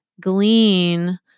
glean